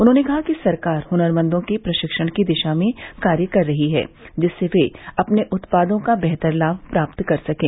उन्होंने कहा कि सरकार हुनरमंदों के प्रशिक्षण की दिशा में कार्य कर रही है जिससे वे अपने उत्पादों का बेहतर लाभ प्राप्त कर सकें